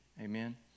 amen